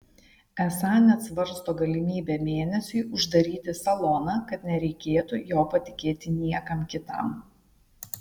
esą net svarsto galimybę mėnesiui uždaryti saloną kad nereikėtų jo patikėti niekam kitam